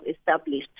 established